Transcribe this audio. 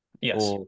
Yes